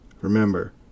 Remember